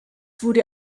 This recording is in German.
wurde